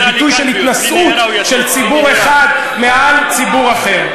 ביטוי של התנשאות של ציבור אחד מעל ציבור אחר.